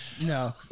no